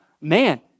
man